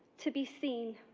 to be seen,